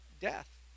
death